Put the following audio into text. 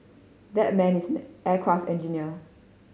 that man is aircraft engineer